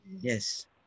yes